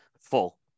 full